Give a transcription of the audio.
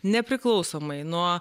nepriklausomai nuo